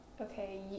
Okay